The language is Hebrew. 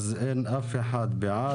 אין אף אחד בעד.